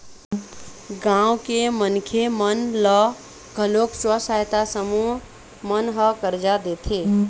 गाँव के मनखे मन ल घलोक स्व सहायता समूह मन ह करजा देथे